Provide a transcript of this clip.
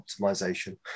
optimization